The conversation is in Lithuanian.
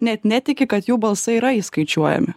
net netiki kad jų balsai yra įskaičiuojami